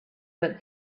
but